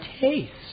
taste